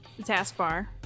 taskbar